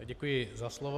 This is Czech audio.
Děkuji za slovo.